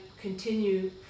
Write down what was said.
continue